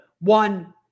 one